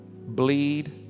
bleed